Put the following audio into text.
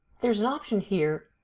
there's an option here,